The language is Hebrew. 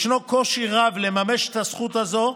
ישנו קושי רב לממש את הזכות הזאת,